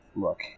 look